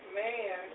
man